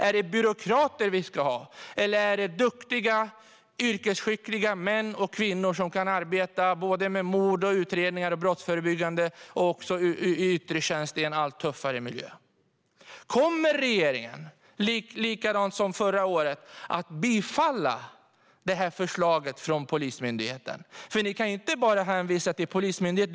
Är det byråkrater vi ska ha, eller är det yrkesskickliga män och kvinnor som kan arbeta med mordutredningar och andra utredningar och som kan arbeta brottsförebyggande och i yttre tjänst i en allt tuffare miljö? Kommer regeringen precis som förra året att bifalla detta förslag från Polismyndigheten? Ni kan inte bara hänvisa till Polismyndigheten.